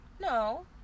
No